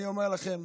אני אומר לכם,